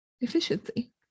efficiency